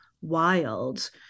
wild